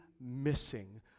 missing